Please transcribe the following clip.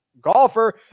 golfer